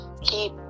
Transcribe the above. Keep